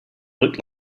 looked